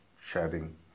sharing